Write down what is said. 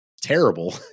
terrible